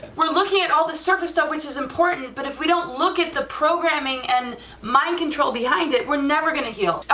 we're looking at all the surface stuff which is important, but if we don't look at the programming and mind control behind it, we're never going to heal,